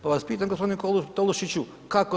Pa vas pitam gospodine Tolušiću, kako to?